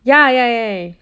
ya ya ya ya